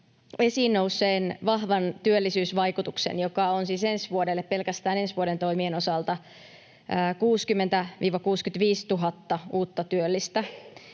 esiin nousseen vahvan työllisyysvaikutuksen, joka on siis ensi vuodelle, pelkästään ensi vuoden toimien osalta, 60 000—65 000 uutta työllistä,